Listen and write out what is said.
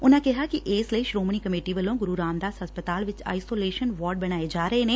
ਉਨੁਾਂ ਕਿਹਾ ਕਿ ਇਸ ਲਈ ਸ੍ਹੋਮਣੀ ਕਮੇਟੀ ਵੱਲੋ ਗੁਰੁ ਰਾਮਦਾਸ ਹਸਪਤਾਲ ਚ ਆਈਸੋਲੇਸ਼ਨ ਵਾਰਡ ਬਣਾਏ ਜਾ ਰਹੇ ਨੇ